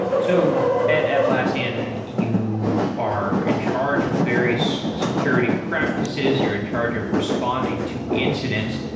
so at atlassian, you are in charge of various security practices. you're in charge of responding to incidents.